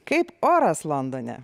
kaip oras londone